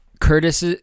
Curtis